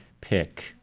pick